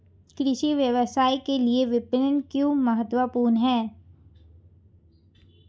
कृषि व्यवसाय के लिए विपणन क्यों महत्वपूर्ण है?